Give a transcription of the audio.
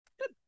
Good